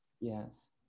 Yes